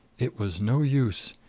it was no use.